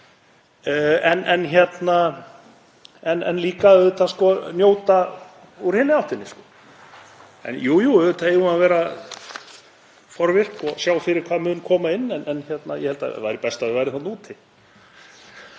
en líka að njóta úr hinni áttinni. Jú, auðvitað eigum við að vera forvirk og sjá fyrir hvað mun koma inn en ég held að það væri best að við værum þarna úti.